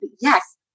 yes